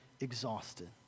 exhausted